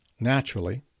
Naturally